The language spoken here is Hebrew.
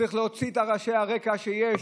צריך להוציא את רעשי הרקע שיש,